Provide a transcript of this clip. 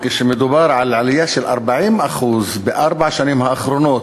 וכשמדובר בעלייה של 40% בארבע השנים האחרונות,